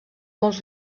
molts